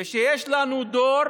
ויש לנו דור